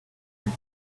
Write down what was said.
joli